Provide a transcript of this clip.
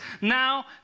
now